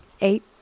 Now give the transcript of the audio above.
Eight